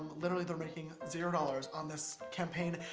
literally they're making zero dollars on this campaign.